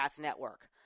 network